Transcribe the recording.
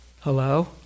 Hello